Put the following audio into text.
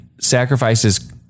sacrifices